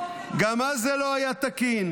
גם אז זה לא היה תקין,